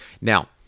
Now